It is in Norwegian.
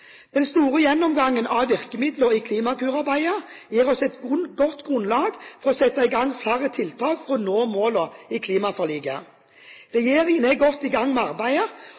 Den store gjennomgangen av virkemidler i Klimakur-arbeidet gir oss et godt grunnlag for å sette i gang flere tiltak for å nå målene i klimaforliket. Regjeringen er godt i gang med arbeidet.